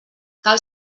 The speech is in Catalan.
cal